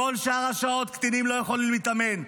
כל שאר השעות קטינים לא יכולים להתאמן.